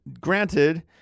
granted